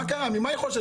מה קרה, ממה היא חוששת?